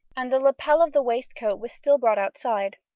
and the lapel of the waistcoat was still brought outside.